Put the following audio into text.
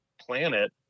planet